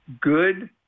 good